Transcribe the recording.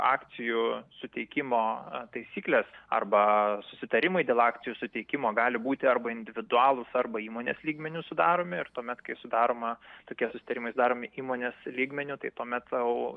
akcijų suteikimo taisyklės arba susitarimai dėl akcijų suteikimo gali būti arba individualūs arba įmonės lygmeniu sudaromi ir tuomet kai sudaroma tokie susitarimai sudaromi įmonės lygmeniu tai tuomet o